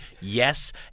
yes